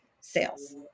sales